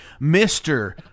Mr